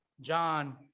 John